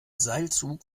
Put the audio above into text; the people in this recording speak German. seilzug